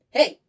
Hey